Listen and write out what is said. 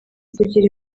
kugira